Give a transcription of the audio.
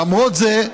למרות זאת,